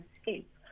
escape